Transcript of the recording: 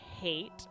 hate